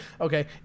Okay